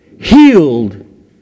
healed